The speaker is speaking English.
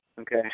okay